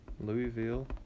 Louisville